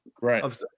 right